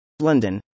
London